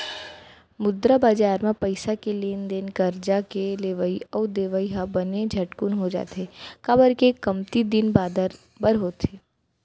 मुद्रा बजार म पइसा के लेन देन करजा के लेवई अउ देवई ह बने झटकून हो जाथे, काबर के कमती दिन बादर बर होथे